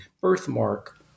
birthmark